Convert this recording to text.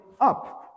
up